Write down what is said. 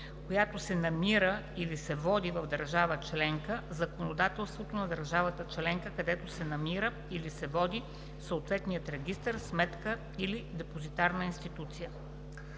която се намира или се води в държава членка – законодателството на държавата членка, където се намира или се води съответният регистър, сметка или депозитарна институция;“.“